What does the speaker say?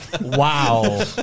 wow